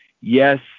Yes